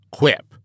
Quip